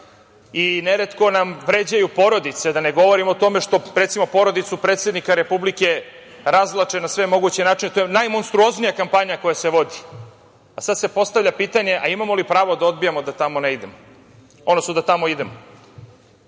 i neretko nam vređaju porodice. Da ne govorim o tome što, recimo, porodicu predsednika Republike razvlače na sve moguće načine, to je najmonstruoznija kampanja koja se vodi. Sad se postavlja pitanje – imamo li pravo da odbijamo da tamo idemo? Ne znam šta da vam kažem.